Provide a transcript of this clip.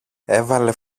έβαλε